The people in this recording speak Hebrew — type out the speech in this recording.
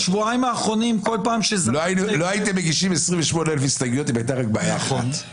לא הייתם מגישים 28,000 הסתייגויות אם הייתה רק בעיה אחת.